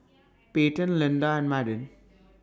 Payten Linda and Madden